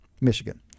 Michigan